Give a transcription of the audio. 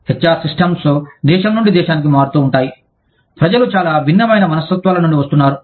H R systems దేశం నుండి దేశానికి మారుతూ ఉంటాయి ప్రజలు చాలా భిన్నమైన మనస్తత్వాల నుండి వస్తున్నారు